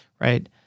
right